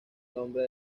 nombre